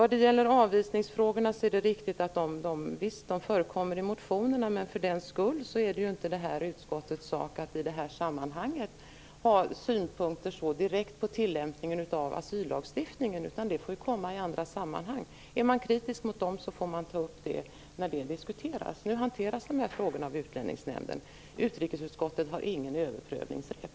Det är riktigt att avvisningsfrågorna förekommer i motionerna. Men för den sakens skull är det ju inte det här utskottets sak att i det här sammanhanget ha synpunkter på tillämpningen av asyllagstiftningen. Det får komma i andra sammanhang. Är man kritisk mot tillämpningen får man ta upp det när det diskuteras. Nu hanteras de här frågorna av Utlänningsnämnden. Utrikesutskottet har ingen överprövningsrätt.